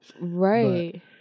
Right